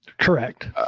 Correct